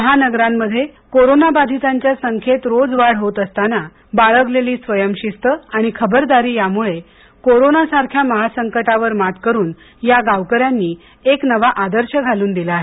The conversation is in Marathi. महानगरांमध्ये कोरोना बाधितांच्या संख्येत रोज वाढ होत असताना बाळगलेली स्वयं शिस्त आणि खबरदारीमूळे कोरोना सारख्या महासंकटावर मात करून या गावकर्यांनी एक नाव आदर्श घालून दिला आहे